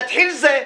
יתחיל זה.